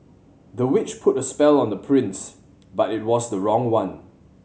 the witch put a spell on the prince but it was the wrong one